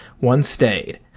one stayed.